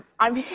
i'm here.